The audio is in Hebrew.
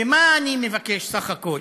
ומה אני מבקש בסך הכול?